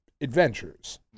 adventures